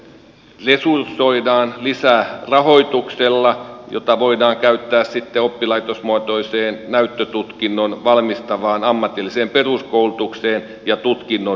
tässä yhteydessä sitä lisäresursoidaan lisärahoituksella jota voidaan käyttää sitten oppilaitosmuotoiseen näyttötutkintoon valmistavaan ammatilliseen peruskoulutukseen ja tutkinnon osiin